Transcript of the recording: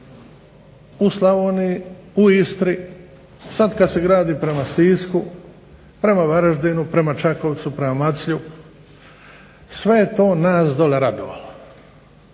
u Slavoniji, u Istri, sada kada se gradi prema Sisku, prema Varaždinu, prema Maclju, sve je to nas dole radovalo.